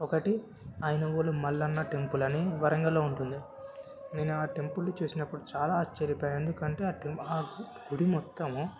ఒకటి అయనవోలు మల్లన్న టెంపుల్ అని వరంగల్లో ఉంటుంది నేనా టెంపుల్ని చూసినప్పుడు చాలా ఆశ్చర్యపోయా ఎందుకంటే ఆ టెంపు ఆ గుడి మొత్తము